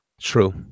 True